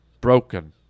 broken